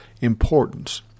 importance